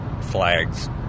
flags